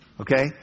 okay